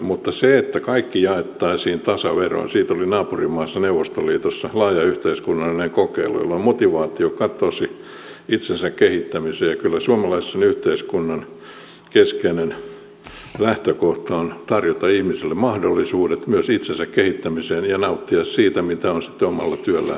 mutta siitä että kaikki jaettaisiin tasaveroin oli naapurimaassa neuvostoliitossa laaja yhteiskunnallinen kokeilu jolloin motivaatio itsensä kehittämiseen katosi ja kyllä suomalaisen yhteiskunnan keskeinen lähtökohta on tarjota ihmisille mahdollisuudet myös itsensä kehittämiseen ja nauttia siitä mitä on sitten omalla työllään aikaansaanut